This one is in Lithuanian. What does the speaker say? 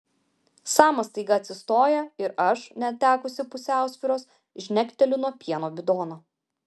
samas staiga atsistoja ir aš netekusi pusiausvyros žnekteliu nuo pieno bidono